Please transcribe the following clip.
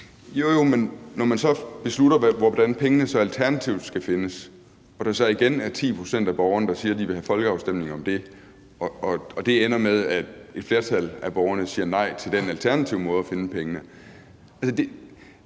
hvad så når man beslutter, hvordan pengene så skal findes alternativt, og der så igen er 10 pct. af borgerne, der siger, at de vil have en folkeafstemning om det, og det ender med, at et flertal af borgerne siger nej til den alternative måde at finde pengene